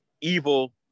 evil